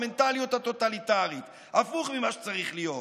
המנטליות הטוטליטרית הפוך ממה שצריך להיות.